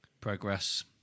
Progress